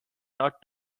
not